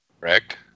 Correct